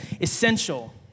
essential